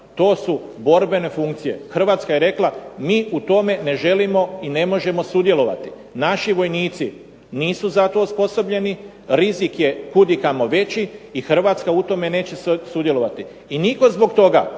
To su borbene funkcije. Hrvatska je rekla, mi u tome ne želimo i ne možemo sudjelovati. Naši vojnici nisu za to osposobljeni, rizik je kudikamo veći i Hrvatska u tome neće sudjelovati. I nitko zbog toga,